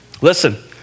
Listen